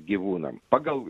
gyvūnam pagal